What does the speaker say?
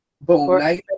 Boom